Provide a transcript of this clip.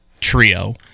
trio